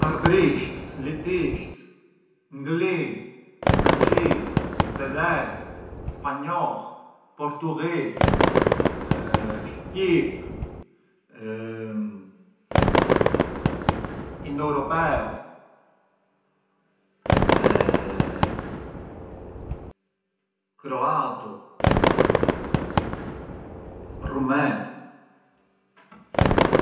Arbërisht, litisht, ngliz, françis, tedhesk, spanjoll, portughis, shqip, indoeuropeu, kroatu, rumen.